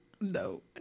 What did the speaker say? No